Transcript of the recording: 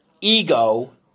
ego